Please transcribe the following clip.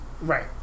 Right